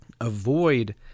avoid